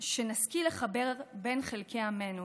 שנשכיל לחבר בין חלקי עמנו,